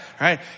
right